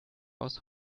aus